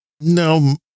no